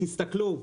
תסתכלו,